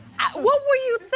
what were you